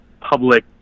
Public